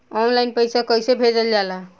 Online पैसा कैसे भेजल जाला?